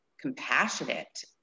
compassionate